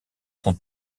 son